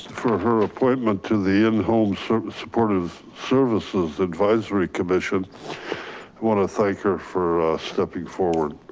for her appointment to the in-home sort of supportive services advisory commission. i wanna thank her for stepping forward.